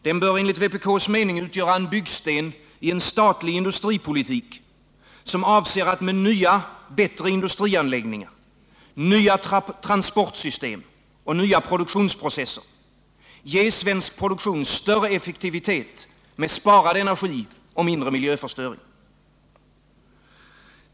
Den bör utgöra en byggsten i en statlig industripolitik, som avser att med nya bättre industrianläggningar, nya transportsystem och nya produktionsprocesser ge svensk produktion större effektivitet med sparad energi och mindre miljöförstöring.